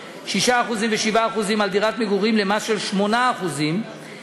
6% ו-7% על דירת מגורים למס של 8% על